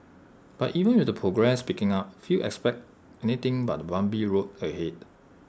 but even with progress picking up few expect anything but A bumpy road ahead